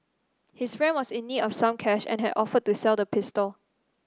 his friend was in need of some cash and had offered to sell the pistol